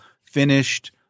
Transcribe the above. finished